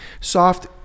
Soft